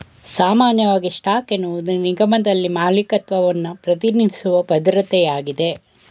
ಸಾಮಾನ್ಯ ಸ್ಟಾಕ್ ಎನ್ನುವುದು ನಿಗಮದಲ್ಲಿ ಮಾಲೀಕತ್ವವನ್ನ ಪ್ರತಿನಿಧಿಸುವ ಭದ್ರತೆಯಾಗಿದೆ